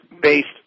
based